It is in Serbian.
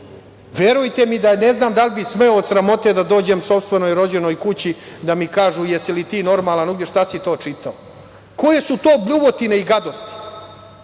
verujte mi da ne znam da li bi smeo od sramote da dođem sopstvenoj rođenoj kući da mi kažu jesi li ti normalan Uglješa šta si to čitao? Koje su to bljuvotine i gadosti,